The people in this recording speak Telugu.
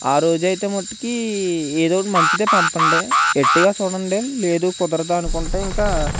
ఆరోజైతే మట్టికి ఏదోకటి మంచిదే పంపండి ఎర్టిగా చూడండి లేదు కుదరదు అనుకుంటే ఇంకా